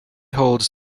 holds